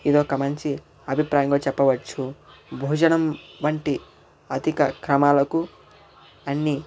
ఇదొక మంచి అభిప్రాయంగా చెప్పవచ్చు భోజనం వంటి అధిక క్రమాలకు అన్నీ